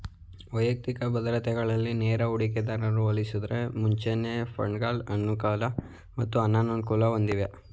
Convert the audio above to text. ವೈಯಕ್ತಿಕ ಭದ್ರತೆಗಳಲ್ಲಿ ನೇರ ಹೂಡಿಕೆಗೆ ಹೋಲಿಸುದ್ರೆ ಮ್ಯೂಚುಯಲ್ ಫಂಡ್ಗಳ ಅನುಕೂಲಗಳು ಮತ್ತು ಅನಾನುಕೂಲಗಳನ್ನು ಹೊಂದಿದೆ